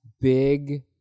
big